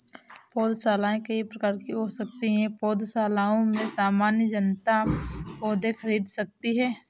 पौधशालाएँ कई प्रकार की हो सकती हैं पौधशालाओं से सामान्य जनता पौधे खरीद सकती है